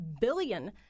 billion